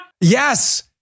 Yes